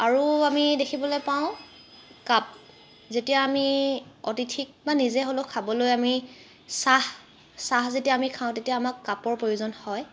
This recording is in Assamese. আৰু আমি দেখিবলৈ পাওঁ কাপ যেতিয়া আমি অতিথিক বা নিজে হ'লেও খাবলৈ আমি চাহ চাহ যেতিয়া আমি খাওঁ তেতিয়া আমাক কাপৰ প্ৰয়োজন হয়